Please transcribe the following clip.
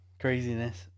craziness